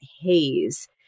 haze